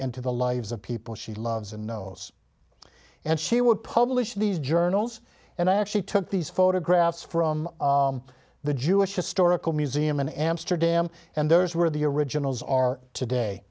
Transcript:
into the lives of people she loves and knows and she would publish these journals and i actually took these photographs from the jewish historical museum in amsterdam and those were the originals are today